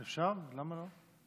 ישב, למה לא?